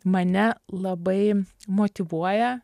mane labai motyvuoja